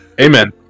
Amen